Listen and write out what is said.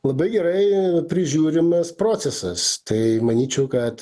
labai gerai prižiūrimas procesas tai manyčiau kad